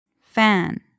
Fan